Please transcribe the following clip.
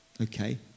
okay